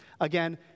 Again